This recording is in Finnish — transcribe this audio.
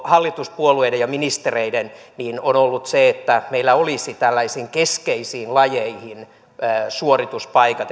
hallituspuolueiden ja ministereiden on ollut se että meillä olisi keskeisiin lajeihin suorituspaikat